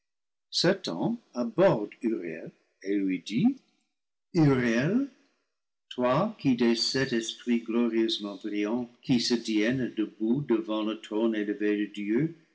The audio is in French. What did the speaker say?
uriel et lui dit uriel toi qui des sept esprits glorieusement brillants qui se tiennent debout devant le trône élevé de dieu